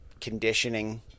conditioning